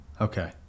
Okay